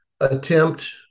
attempt